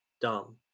dumb